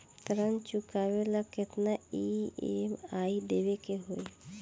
ऋण चुकावेला केतना ई.एम.आई देवेके होई?